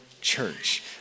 church